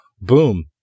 Boom